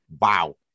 wow